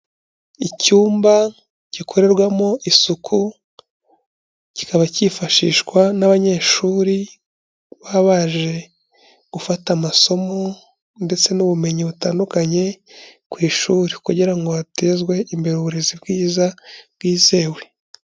Icyumba gikorerwamo isuku, kikaba cyifashishwa n'abanyeshuri baba baje gufata amasomo ndetse n'ubumenyi butandukanye ku ishuri, kugira ngo hatezwe imbere uburezi bwiza bwizewe.